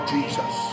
Jesus